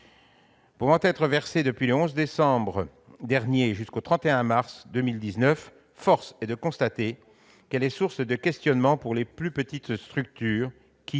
Pouvant être versée depuis le 11 décembre dernier et jusqu'au 31 mars 2019, cette prime exceptionnelle est source de questionnements pour les plus petites structures, qui,